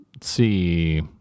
see